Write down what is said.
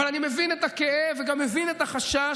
אבל אני מבין את הכאב וגם מבין את החשש,